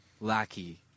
lackey